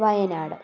Wayanad